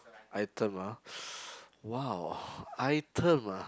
item ah !wow! item ah